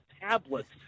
tablets